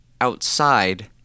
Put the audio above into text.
outside